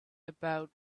about